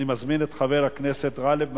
אני מזמין את חבר הכנסת גאלב מג'אדלה,